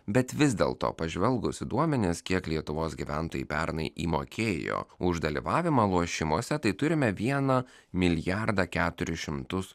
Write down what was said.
bet vis dėl to pažvelgus duomenis kiek lietuvos gyventojai pernai įmokėjo už dalyvavimą lošimuose tai turime vieną milijardą keturis šimtus